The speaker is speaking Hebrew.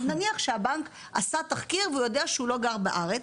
אבל נניח שהבנק עשה תחקיר והוא יודע שהוא לא גר בארץ,